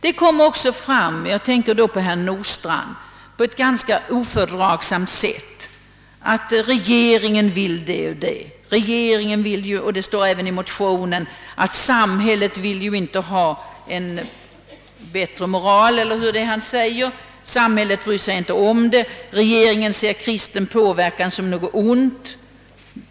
Det kom också fram — jag tänker då på herr Nordstrandhs anförande — på ett ganska ofördragsamt sätt att samhället, något som också sägs i motionen, inte vill ha en bättre moral och att regeringen ser kristen påverkan som något ont.